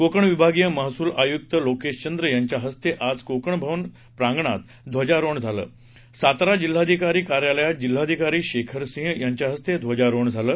कोकण विभागीय महसूल आयुक्त लोकेश चंद्र यांच्या हस्ते आज कोंकण भवन प्रांगणात ध्वजारोहण झालं सातारा जिल्हाधिकारी कार्यालयात जिल्हाधिकारी शेखर सिंह यांच्याहस्ते ध्वजारोहण झाले